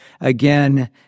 again